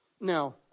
Now